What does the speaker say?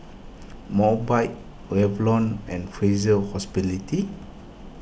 Mobike Revlon and Fraser